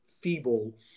feeble